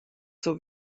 zur